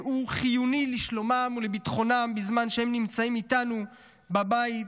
והוא חיוני לשלומם ולביטחונם בזמן שהם לא נמצאים איתנו בבית